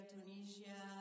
Tunisia